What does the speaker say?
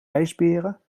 ijsberen